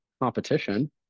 competition